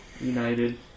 United